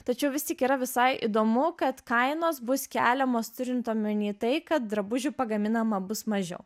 tačiau vis tik yra visai įdomu kad kainos bus keliamos turint omeny tai kad drabužių pagaminama bus mažiau